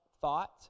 thought